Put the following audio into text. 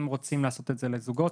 אם רוצים לעשות את זה לזוגות,